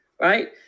right